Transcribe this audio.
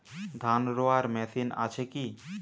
ধান রোয়ার মেশিন আছে কি?